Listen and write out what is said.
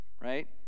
right